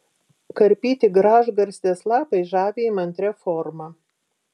karpyti gražgarstės lapai žavi įmantria forma